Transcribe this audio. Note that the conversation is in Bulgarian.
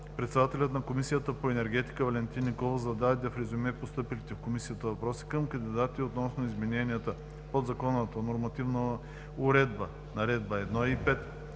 председателят на Комисията по енергетика Валентин Николов зададе в резюме постъпилите в комисията въпроси към кандидатите относно изменения в подзаконовата нормативна уредба – Наредба 1 и 5